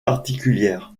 particulière